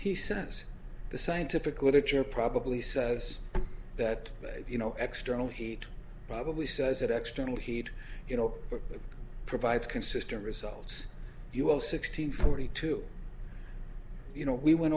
he says the scientific literature probably says that you know extra no heat probably says it extremely heat you know provides consistent results you all sixteen forty two you know we went